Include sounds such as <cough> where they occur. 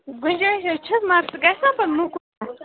گُنجٲیِش حظ چھَس مگر سُہ گژھِ نَہ پَتہٕ <unintelligible>